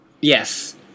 Yes